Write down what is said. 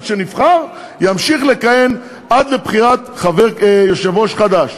שנבחר ימשיך לכהן עד לבחירת יושב-ראש חדש.